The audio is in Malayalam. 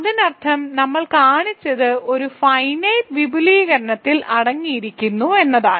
അതിനർത്ഥം നമ്മൾ കാണിച്ചത് ഒരു ഫൈനൈറ്റ് വിപുലീകരണത്തിൽ അടങ്ങിയിരിക്കുന്നു എന്നതാണ്